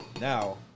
Now